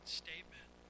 statement